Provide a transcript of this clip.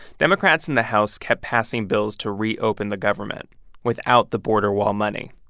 democrats in the house kept passing bills to reopen the government without the border wall money,